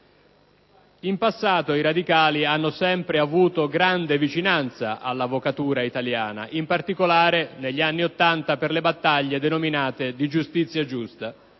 In passato, i radicali hanno sempre avuto grande vicinanza all'avvocatura italiana, in particolare negli anni '80 per le battaglie denominate di "giustizia giusta":